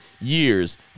years